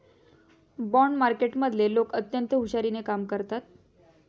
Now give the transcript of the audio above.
bond मार्केटमधले लोक अत्यंत हुशारीने कामं करतात